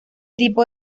tipo